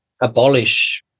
abolish